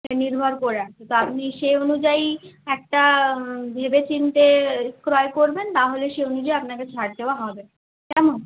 নির্ভর করে আছে তা আপনি সে অনুযায়ী একটা ভেবেচিন্তে ক্রয় করবেন তাহলে সেই অনুযায়ী আপনাকে ছাড় দেওয়া হবে কেমন